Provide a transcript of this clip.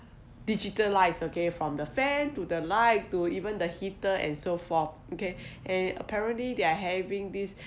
digitalise okay from the fan to the light to even the heater and so forth okay and apparently they are having this